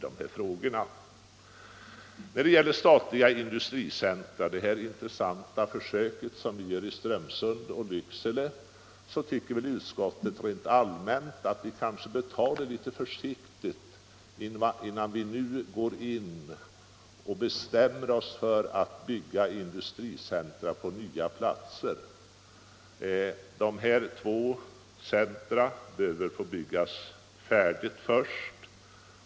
Det görs intressanta försök med statliga industricentra i Strömsund och Lycksele. Utskottet anser helt allmänt att vi bör ta det litet försiktigt innan vi bestämmer oss för att gå in på nya platser och bygga industricentra; dessa båda centra bör i varje fall färdigställas först.